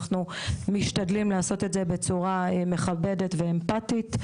אנחנו משתדלים להגיד את זה בצורה מכבדת ואמפטית,